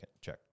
check